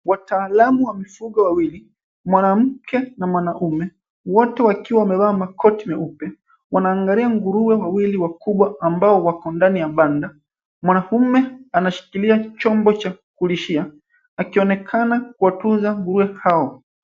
Wataalamu wa mifugo wawili, mwanamke na mwanaume, wote wakiwa wamevaa makoti meupe, wanaangalia nguruwe wawili wakubwa ambao wako ndani ya banda. Mwanamume anashikilia chombo cha kulishia akionekana kuwatunza nguruwe hao.